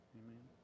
amen